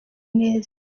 neza